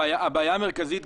הבעיה המרכזית,